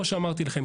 כמו שאמרתי לכם,